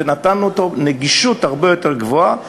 ונתנו נגישות הרבה יותר גבוהה,